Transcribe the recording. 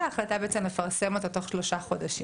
החלטה בעצם לפרסם אותה תוך שלושה חודשים.